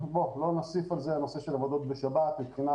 לא נוסיף על כך את הנושא של עבודות בשבת כאשר מבחינה